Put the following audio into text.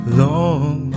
long